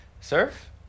Surf